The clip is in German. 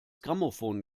grammophon